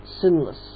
sinless